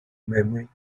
memory